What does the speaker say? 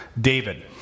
David